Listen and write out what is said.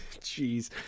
Jeez